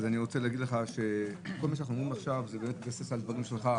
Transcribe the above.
ואני רוצה להגיד לך שכל מה שאנחנו אומרים עכשיו זה מתבסס על דברים שלך.